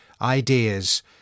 ideas